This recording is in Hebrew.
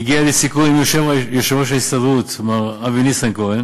והגיע לסיכום עם יושב-ראש ההסתדרות מר אבי ניסנקורן